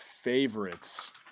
favorites